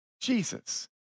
Jesus